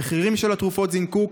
המחירים של התרופות זינקו,